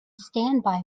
standby